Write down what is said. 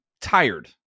tired